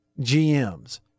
GMs